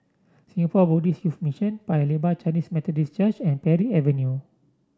Singapore Buddhist Youth Mission Paya Lebar Chinese Methodist Church and Parry Avenue